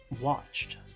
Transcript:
watched